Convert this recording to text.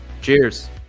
cheers